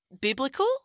biblical